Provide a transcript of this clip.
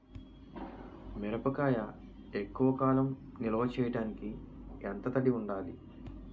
మిరపకాయ ఎక్కువ కాలం నిల్వ చేయటానికి ఎంత తడి ఉండాలి?